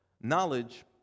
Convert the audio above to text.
knowledge